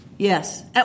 Yes